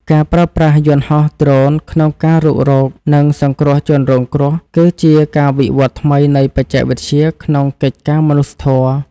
ការប្រើប្រាស់យន្តហោះដ្រូនក្នុងការរុករក និងសង្គ្រោះជនរងគ្រោះគឺជាការវិវត្តថ្មីនៃបច្ចេកវិទ្យាក្នុងកិច្ចការមនុស្សធម៌។